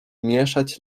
mieszać